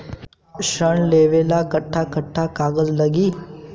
ऋण लेवेला कट्ठा कट्ठा कागज लागी?